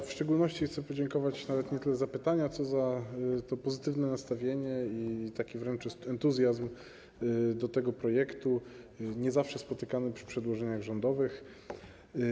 W szczególności chcę podziękować nawet nie tyle za pytania, co za pozytywne nastawienie i wręcz entuzjazm dla tego projektu, nie zawsze spotykany przy przedłożeniach rządowych.